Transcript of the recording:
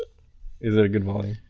is that a good volume.